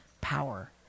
power